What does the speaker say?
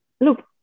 look